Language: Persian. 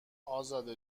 ازاده